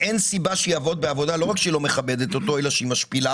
משהו שלא היה.